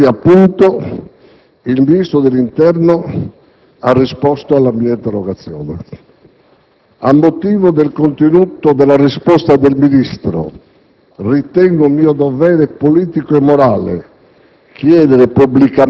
Soltanto ieri, appunto, il Ministro dell'interno ha risposto alla mia interrogazione. A motivo del contenuto della risposta del Ministro ritengo mio dovere politico e morale